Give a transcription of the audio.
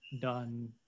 done